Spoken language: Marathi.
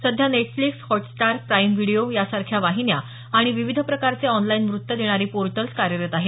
सध्या नेटफ्लिक्स हॉटस्टार प्राईम व्हिडिओ यासारख्या वाहिन्या आणि विविध प्रकारचे ऑनलाईन वृत्त देणारी पोर्टल्स कार्यरत आहेत